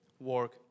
work